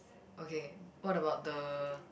okay what about the